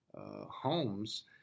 homes